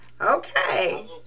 Okay